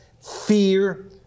fear